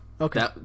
Okay